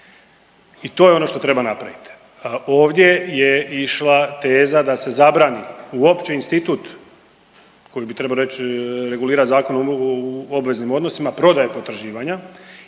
i to je ono što treba napraviti. Ovdje je išla teza da se zabrani uopće institut koji bi trebao reći, regulirati Zakonom o obveznim odnosima, prodaje potraživanja